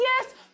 yes